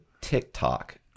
TikTok